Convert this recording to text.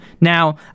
Now